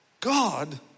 God